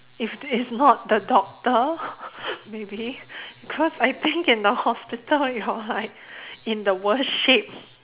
if it's not the doctor maybe cause I think in the hospital you're like in the worst shape